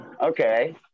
Okay